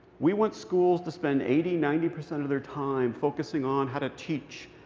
we want schools to spend eighty, ninety percent of their time focusing on how to teach,